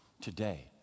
Today